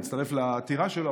להצטרף לעתירה שלו,